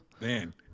Man